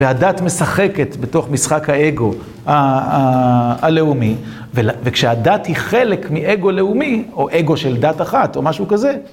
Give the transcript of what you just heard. והדת משחקת בתוך משחק האגו הלאומי, וכשהדת היא חלק מאגו לאומי, או אגו של דת אחת, או משהו כזה.